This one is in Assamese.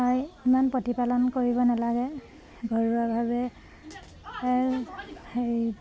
ইমান প্ৰতিপালন কৰিব নালাগে ঘৰুৱাভাৱে হেৰি